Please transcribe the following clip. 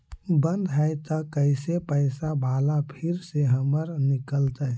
बन्द हैं त कैसे पैसा बाला फिर से हमर निकलतय?